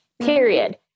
period